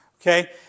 Okay